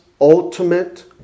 ultimate